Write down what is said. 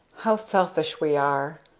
how selfish we are!